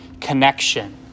connection